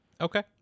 Okay